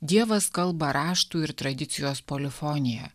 dievas kalba raštų ir tradicijos polifonija